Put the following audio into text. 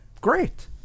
Great